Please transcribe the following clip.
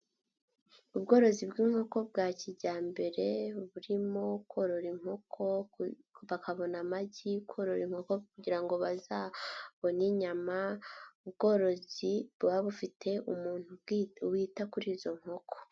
Ubworozi bw'inkoko bwa kijyambere, burimo korora inkoko bakabona amagi, korarora inkoko kugira ngo bazabone inyama, ubworozi buba bufite umuntu wita kuri izo nkoko.